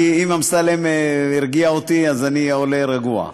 אם אמסלם הרגיע אותי, אני עולה רגוע.